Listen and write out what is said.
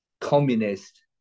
communist